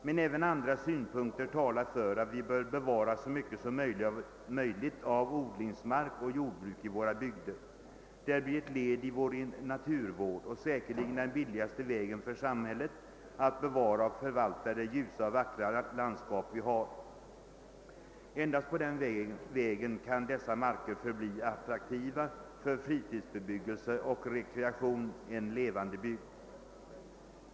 Men även andra synpunkter talar för att vi bör bevara så mycket som möjligt av odlingsmark och jordbruk i våra bygder. Detta blir ett led i vår naturvård och säkerligen den billigaste metoden för samhället att bevara och förvalta det ljusa och vackra landskap vi har. Endast på det sättet kan dessa marker förbli attraktiva för fritidsbebyggelse och rekreation — en levande bygd.